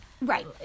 Right